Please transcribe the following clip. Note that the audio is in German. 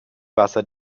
wasser